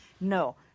No